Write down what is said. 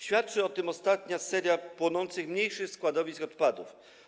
Świadczy o tym ostatnia seria płonących mniejszych składowisk odpadów.